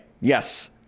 Yes